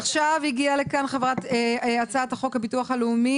עכשיו הגיעה לכאן הצעת חוק הביטוח הלאומי,